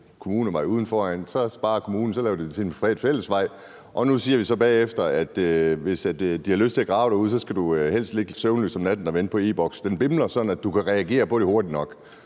en kommunevej ude foran, og så sparer kommunen og laver det til en fællesvej, og nu siger vi så bagefter, at hvis de har lyst til at grave derude, skal du helst ligge søvnløs om natten og vente på, at e-Boks bimler, så du kan reagere på det hurtigt nok.